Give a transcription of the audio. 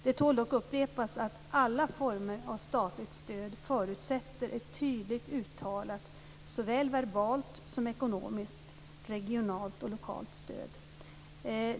Det tål dock upprepas att alla former av statligt stöd förutsätter ett tydligt uttalat - såväl verbalt som ekonomiskt - regionalt och lokalt stöd.